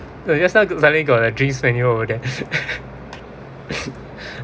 no just now suddenly got a drinks menu order